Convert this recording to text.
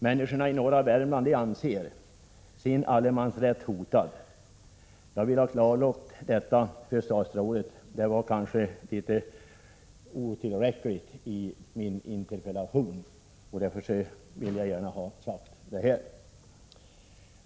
Människorna i norra Värmland anser sin allemansrätt hotad. Jag vill ha klarlagt detta för statsrådet. Det kanske inte var tillräckligt redovisat i min interpellation, varför jag gärna vill ha det sagt här.